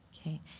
Okay